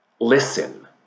listen